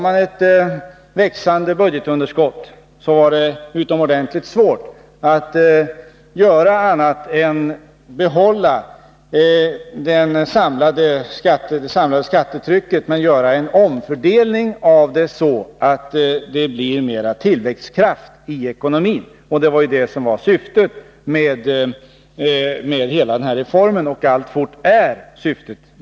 Med ett växande budgetunderskott var det utomordentligt svårt att göra annat än behålla det samlade skattetrycket, men göra en omfördelning av det så att det blev mer tillväxtkraft i ekonomin. Detta var syftet med hela reformen och är alltfort syftet.